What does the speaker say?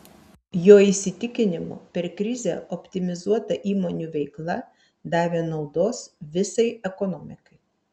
jo įsitikinimu per krizę optimizuota įmonių veikla davė naudos visai ekonomikai